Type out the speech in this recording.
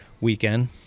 weekend